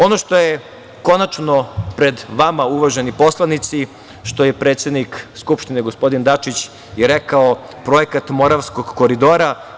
Ono što je konačno pred vama, uvaženi poslanici, što je predsednik Skupštine gospodin Dačić i rekao, projekat Moravskog koridora.